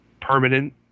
permanent